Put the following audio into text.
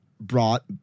brought